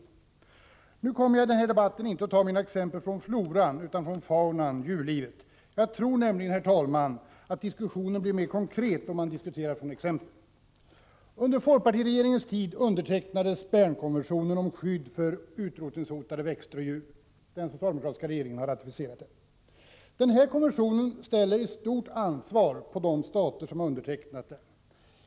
I den här debatten kommer jag emellertid inte att ta mina exempel från floran utan från faunan, djurlivet. Jag tror nämligen, herr talman, att diskussionen blir mer konkret om man utgår från exempel. Under folkpartiregeringens tid undertecknades Bernkonventionen om skydd för utrotningshotade växter och djur. Den socialdemokratiska regeringen har ratificerat den. Konventionen innebär ett stort ansvar för de stater som har undertecknat den.